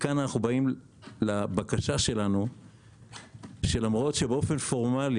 מכאן אנו באים לבקשה שלנו שלמרות שפורמלית